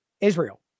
Israel